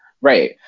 Right